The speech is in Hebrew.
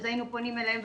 אז היינו פונים אליהם,